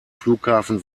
flughafen